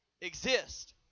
exist